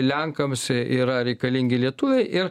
lenkams yra reikalingi lietuviai ir